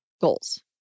goals